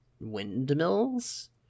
windmills